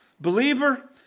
believer